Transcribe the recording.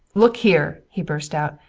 look here! he burst out.